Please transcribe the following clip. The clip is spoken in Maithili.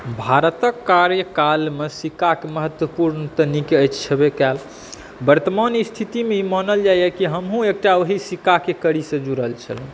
भारतक कार्यकालमे सिक्काक महत्वपूर्ण तऽ नीक छबय कयल वर्तमान स्थितिमे ई मानल जाइ यऽ की हमहुँ एकटा ओहि सिक्काक कड़ीसॅं जुड़ल छलहुँ